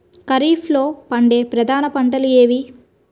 ఖరీఫ్లో పండే ప్రధాన పంటలు ఏవి?